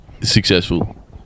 successful